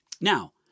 Now